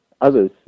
Others